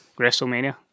Wrestlemania